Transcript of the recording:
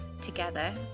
together